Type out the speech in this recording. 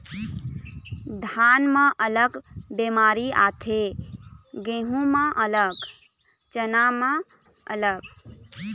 धान म अलग बेमारी आथे, गहूँ म अलग, चना म अलग